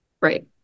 Right